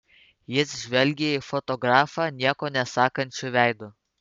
jis žvelgė į fotografą nieko nesakančiu veidu